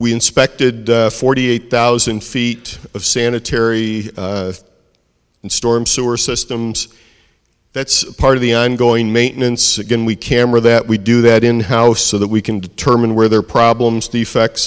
we inspected forty eight thousand feet of sanitary and storm sewer systems that's part of the ongoing maintenance again we camera that we do that in house so that we can determine where there are problems defects